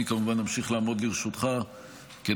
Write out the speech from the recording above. אני כמובן אמשיך לעמוד לרשותך כדי